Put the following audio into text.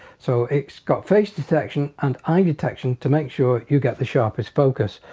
so it's got face detection and eye detection to make sure you get the sharpest focus.